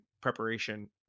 preparation